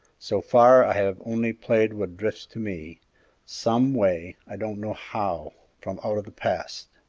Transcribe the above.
so far i have only played what drifts to me some way, i don't know how from out of the past.